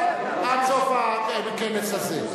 עד סוף הכנס הזה.